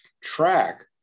track